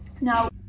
Now